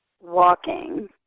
walking